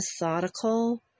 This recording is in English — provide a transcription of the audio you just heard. methodical